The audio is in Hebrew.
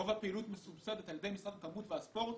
רוב הפעילות מסובסדת על ידי משרד התרבות והספורט.